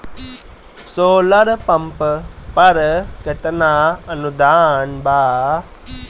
Solar pump पर केतना अनुदान बा?